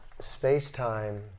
space-time